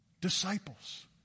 disciples